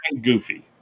goofy